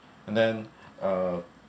and then uh